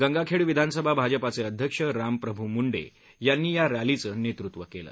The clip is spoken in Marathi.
गंगाखेड विधानसभा भाजपाचे अध्यक्ष रामप्रभ् मुंडे यांनी यांनी या रॅलीचं नेतृत्व केलं